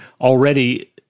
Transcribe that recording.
already